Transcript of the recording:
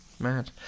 Mad